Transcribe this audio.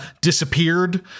disappeared